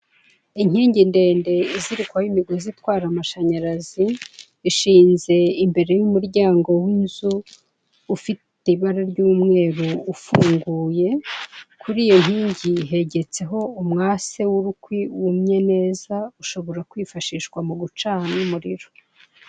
Inkingi ndende izirikwaho imigozi itwara amashanyarazi, ishinze imbere y'umuryango w'inzu, ufite ibara ry'umweru ufunguye. Kuri iyo nkingi hegetseho umwase w'urukwi wumye neza, ushobora kwifashishwa mu gucana umuriro.